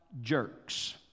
jerks